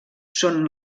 són